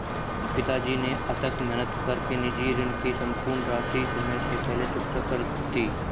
पिताजी ने अथक मेहनत कर के निजी ऋण की सम्पूर्ण राशि समय से पहले चुकता कर दी